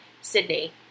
sydney